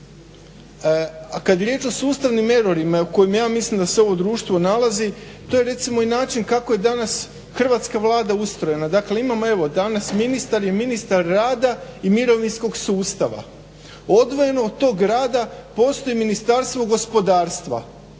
se ne razumije./… o kojim ja mislim da se ovo društvo nalazi to je recimo i način kako je danas Hrvatska Vlada ustrojena. Dakle imamo danas, ministar je ministar rada i mirovinskog rada. Odvojeno od tog rada postoji Ministarstvo gospodarstva.